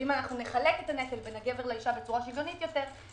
ואם נחלק את הנטל בין הגבר לאשרה בצורה שוויונית יתר,